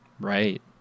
Right